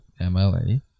MLA